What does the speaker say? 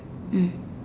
mm